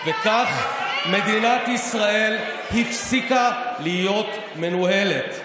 מדינת ישראל הפסיקה להיות מנוהלת.